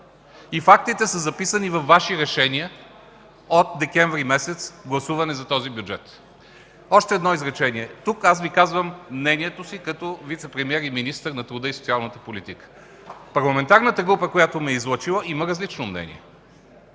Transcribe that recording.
Фактите са записани във Ваши решения от декември месец с гласуване за този бюджет. Още едно изречение. Тук аз Ви казвам мнението си като вицепремиер и министър на труда и социалната политика. Парламентарната група, която ме е излъчила, има различно мнение.